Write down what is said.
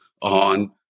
on